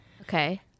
okay